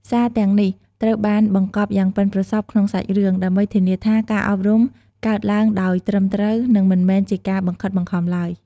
សារទាំងនេះត្រូវបានបង្កប់យ៉ាងប៉ិនប្រសប់ក្នុងសាច់រឿង ដើម្បីធានាថាការអប់រំកើតឡើងដោយត្រឹមត្រូវ និងមិនមែនជាការបង្ខិតបង្ខំឡើយ។